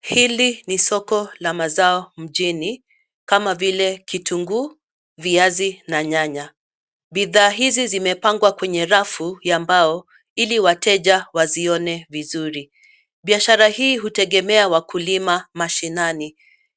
Hili ni soko la mazao mjini kama vile kitunguu, viazi na nyanya. Bidhaa hizi zimepangwa kwenye rafu ya mbao ili wateja wazione vizuri. Biashara hii hutegemea wakulima mashinani.